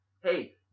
Hey